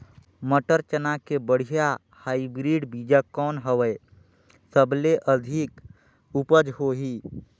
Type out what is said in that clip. मटर, चना के बढ़िया हाईब्रिड बीजा कौन हवय? सबले अधिक उपज होही?